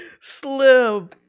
Slim